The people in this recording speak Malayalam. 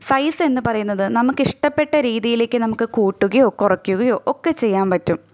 സൈസ്സെന്നു പറയുന്നത് നമുക്ക് ഇഷ്ടപ്പെട്ടരീതിയിലേക്ക് നമുക്ക് കൂട്ടുകയോ കുറയ്ക്കുകയോ ഒക്കെ ചെയ്യാൻ പറ്റും